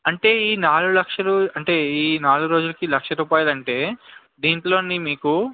అంటే ఈ నాలుగు లక్షలు అంటే ఈ నాలుగు రోజులకి లక్ష రూపాయలంటే దీంట్లోని మీకు